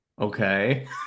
okay